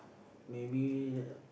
maybe